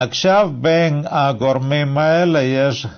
עכשיו בין הגורמים האלה יש